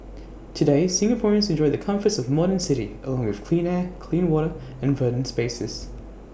today Singaporeans enjoy the comforts of A modern city along with clean air clean water and verdant spaces